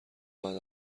بعد